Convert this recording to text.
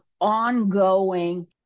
ongoing